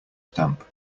stamp